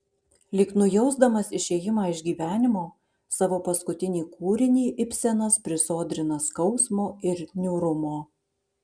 lyg nujausdamas išėjimą iš gyvenimo savo paskutinį kūrinį ibsenas prisodrina skausmo ir niūrumo